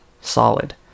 solid